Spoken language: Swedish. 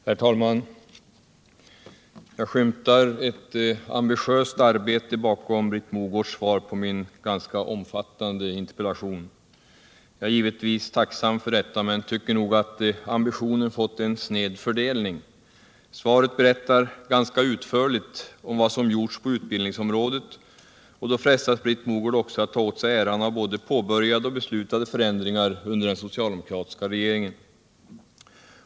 Herr talman! Jag skymtar ett ambitiöst arbete bakom Britt Mogårds svar på min ganska omfattande interpellation. Jag är givetvis tacksam för detta men tycker nog att ambitionen fått en sned fördelning: svaret berättar ganska utförligt om vad som gjorts på utbildningsområdet, och då frestas Britt Mogård också att ta åt sig äran av både påbörjade och beslutade förändringar under den socialdemokratiska regeringen.